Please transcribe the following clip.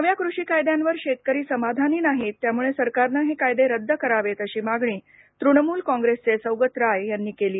नव्या कृषी कायद्यांवर शेतकरी समाधानी नाहीत त्यामुळे सरकारनं हे कायदे रद्द करावेत अशी मागणी तृणमूल काँग्रेसचे सौगत राय यांनी केली